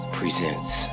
presents